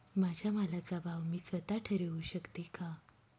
माझ्या मालाचा भाव मी स्वत: ठरवू शकते का?